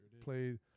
played